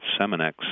Seminex